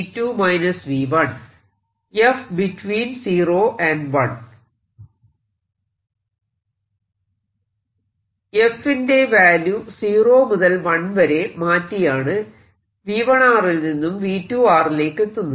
f ന്റെ value 0 മുതൽ 1 വരെ മാറ്റിയാണ് V1 ൽ നിന്നും V2 ലേക്കെത്തുന്നത്